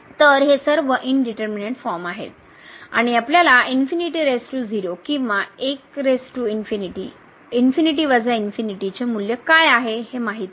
तर हे सर्व इनडीटरमीनेट फॉर्म आहेत आणि आपल्याला किंवा चे मूल्य काय आहे हे माहित नाही